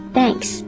Thanks